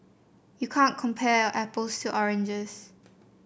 you can't compare apples to oranges